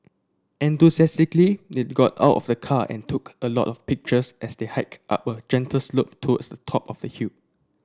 enthusiastically they got out of the car and took a lot of pictures as they hiked up a gentle slope towards the top of the hill